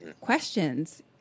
Questions